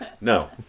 no